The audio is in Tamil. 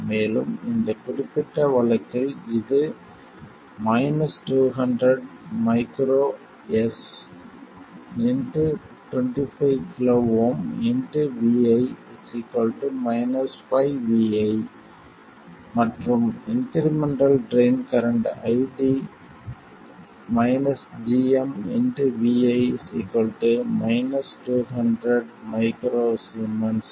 மேலும் இந்த குறிப்பிட்ட வழக்கில் இது 200µS25kΩ vi 5vi மற்றும் incremental drain current iD gm vi 200µS vi